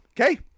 Okay